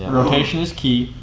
and rotation is key.